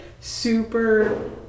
super